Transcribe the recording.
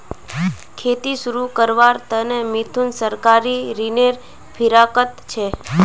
खेती शुरू करवार त न मिथुन सहकारी ऋनेर फिराकत छ